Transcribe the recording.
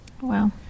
Wow